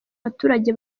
abaturage